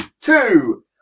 Two